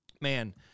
man